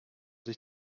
sich